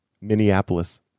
Minneapolis